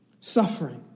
suffering